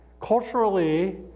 Culturally